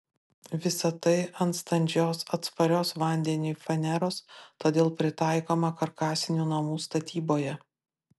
visa tai ant standžios atsparios vandeniui faneros todėl pritaikoma karkasinių namų statyboje